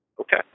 Okay